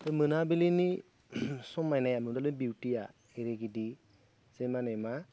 बे मोनाबिलिनि समायनाया मुथते बिउटिया एरैबायदि जे माने मा